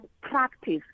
practice